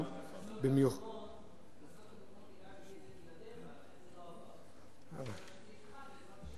--- בכנסות הקודמות הגשתי את זה בלעדיך,